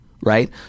Right